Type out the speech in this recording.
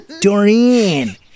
Doreen